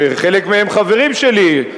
וחלק מהם חברים שלי,